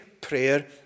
prayer